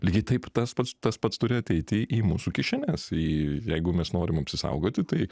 lygiai taip tas pats tas pats turi ateiti į mūsų kišenes į jeigu mes norim apsisaugoti tai